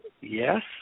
Yes